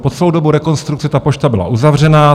Po celou dobu rekonstrukce ta pošta byla uzavřena.